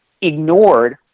ignored